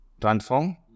transform